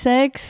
Sex